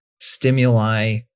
stimuli